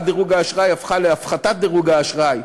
דירוג האשראי הפכה להפחתת דירוג האשראי,